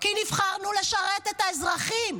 כי נבחרנו לשרת את האזרחים,